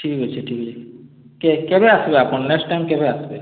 ଠିକ୍ ଅଛେ ଠିକ୍ ଅଛେ କେ କେବେ ଆସ୍ବେ ଆପଣ୍ ନେକ୍ସଟ୍ ଟାଇମ୍ କେବେ ଆସ୍ବେ